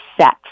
set